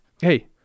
Hey